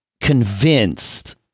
Convinced